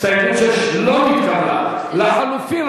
ההסתייגות מס' 6 של קבוצת סיעת האיחוד הלאומי לסעיף 1